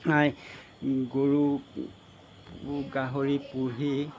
গৰু গাহৰি পুহি